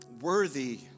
worthy